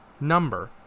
number